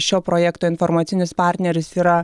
šio projekto informacinis partneris yra